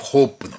Hope